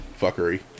fuckery